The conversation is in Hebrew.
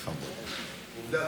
עובדה,